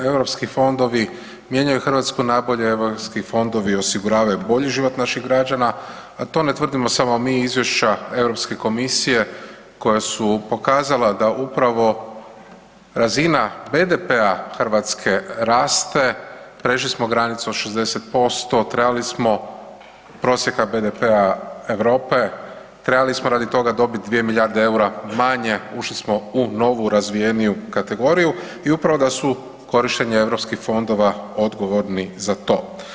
Europski fondovi mijenjaju Hrvatsku na bolje, europski fondovi osiguravaju bolji život naših građana, a to ne tvrdimo samo mi, izvješća Europske komisije koja su pokazala da upravo razina BDP-a Hrvatske raste, prešli smo granicu od 60% prosjeka Europe, trebali smo radi toga dobit 2 milijarde eura manje, ušli smo u novu razvijeniju kategoriju i upravo da su korištenje europskih fondova odgovorni za to.